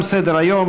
תם סדר-היום.